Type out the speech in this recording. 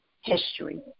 history